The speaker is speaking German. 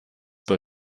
bei